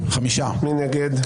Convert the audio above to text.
מי נגד?